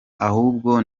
ahubwo